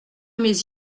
mes